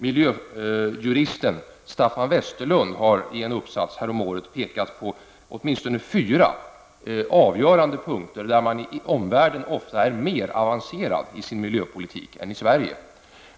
Miljöjuristen Staffan Westerlund har i en uppsats häromåret pekat på åtminstone fyra avgörande punkter, där man i omvärlden ofta är mer avancerad i sin miljöpolitik än vi är i Sverige.